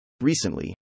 Recently